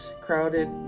crowded